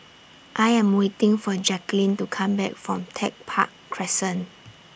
I Am waiting For Jacquelyn to Come Back from Tech Park Crescent